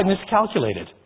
miscalculated